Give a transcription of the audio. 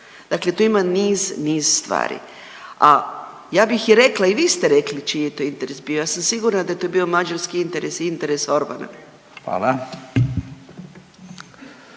Dakle, tu ima niz, niz stvari. A ja bi i rekla i vi ste rekli čiji je to interes, ja sam sigurna da je to bio mađarski interes i interes Orbana.